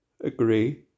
agree